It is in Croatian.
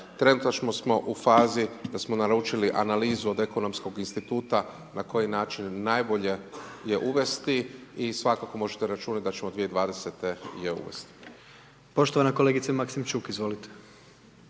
Trenutačno smo u fazi da smo naručili analizu od ekonomskog instituta, na koji način najbolje je uvesti i svakako možete računati da ćemo 2020. je uvesti. **Jandroković, Gordan